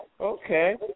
Okay